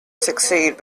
succeed